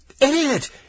idiot